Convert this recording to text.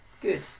Good